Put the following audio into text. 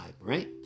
right